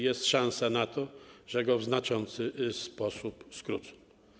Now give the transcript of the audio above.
Jest szansa na to, że go w znaczący sposób skrócą.